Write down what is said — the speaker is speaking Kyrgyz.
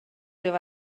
деп